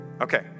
Okay